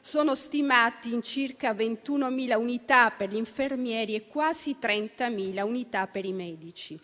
sono stimati in circa 21.000 unità per gli infermieri e in quasi 30.000 unità per i medici.